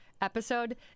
episode